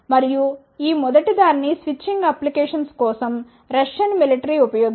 మరియు ఈ మొదటి దాన్ని స్విచ్చింగ్ అప్లికేషన్స్ కోసం రష్యన్ మిలటరీ ఉపయోగిస్తుంది